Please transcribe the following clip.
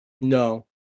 No